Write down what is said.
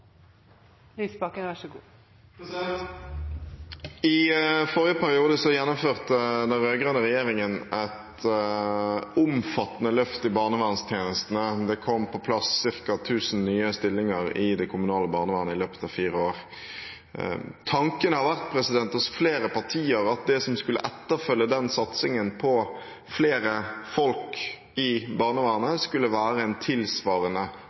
I forrige periode gjennomførte den rød-grønne regjeringen et omfattende løft i barnevernstjenestene. Det kom på plass ca. 1 000 nye stillinger i det kommunale barnevernet i løpet av fire år. Tanken hos flere partier har vært at det som skulle etterfølge den satsingen på flere folk i barnevernet, skulle være en tilsvarende